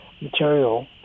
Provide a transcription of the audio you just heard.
material